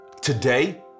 today